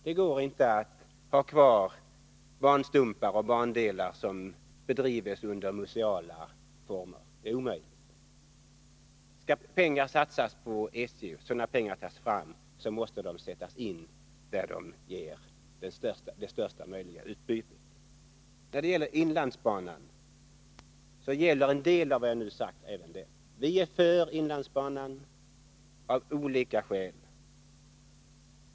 Det går inte att ha kvar banstumpar och bandelar under museala former — det är omöjligt. Skall pengar satsas på SJ, måste de sättas in där det blir det största möjliga utbytet. En del av vad jag nu har sagt gäller även Inlandsbanan. Vi är för Inlandsbanan av olika skäl.